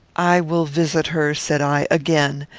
i will visit her, said i, again.